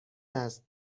است